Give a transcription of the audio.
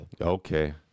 Okay